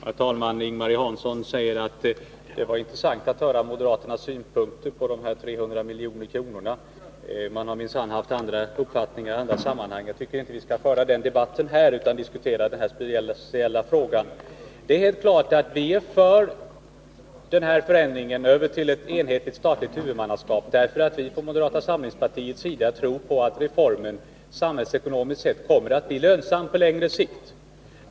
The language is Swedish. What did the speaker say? Herr talman! Ing-Marie Hansson säger att det var intressant att höra moderaternas synpunkter på de 300 miljonerna. Man har minsann haft andra uppfattningar i andra sammanhang. Jag tycker inte att vi skall föra den debatten nu utan diskutera den här speciella frågan. Det är helt klart att vi är för förändringen till ett enhetligt statligt huvudmannaskap därför att vi från moderata samlingspartiet tror på att reformen samhällsekonomiskt sett kommer att bli lönsam på längre sikt.